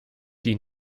die